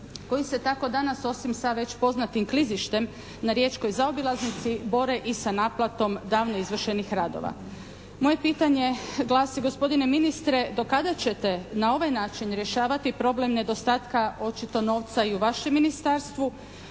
koji se tako danas osim sa već poznatim klizištem na riječkoj zaobilaznici bore i sa naplatom davno izvršenih radova. Moje pitanje glasi gospodine ministre, do kada ćete na ovaj način rješavati problem nedostatka očito novca i u vašem ministarstvu.